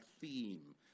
theme